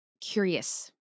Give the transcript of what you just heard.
curious